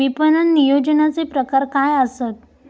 विपणन नियोजनाचे प्रकार काय आसत?